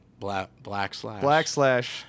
blackslash